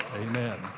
Amen